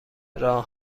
راه